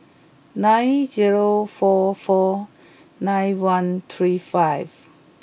nine zero four four nine one three five